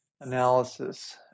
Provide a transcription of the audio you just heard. analysis